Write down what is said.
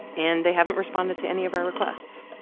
and they haven't responded to any of our requests,